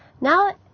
now